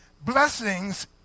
blessings